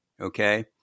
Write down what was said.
okay